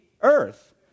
earth